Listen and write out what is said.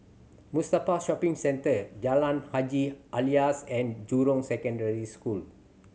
Mustafa Shopping Centre Jalan Haji Alias and Jurong Secondary School